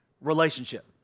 relationship